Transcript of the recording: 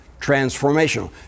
transformational